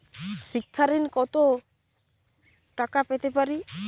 শিক্ষা ঋণ কত টাকা পেতে পারি?